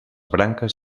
branques